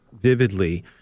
vividly